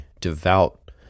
devout